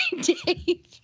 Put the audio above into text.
Dave